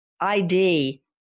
ID